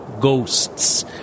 ghosts